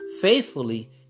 faithfully